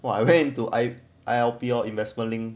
!wah! I went into I_L_P lor investment link